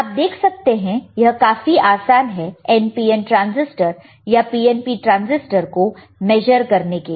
आप देख सकते हैं यह काफी आसान है NPN ट्रांसिस्टर या PNP ट्रांसिस्टर को मेजर करने के लिए